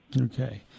Okay